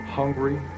hungry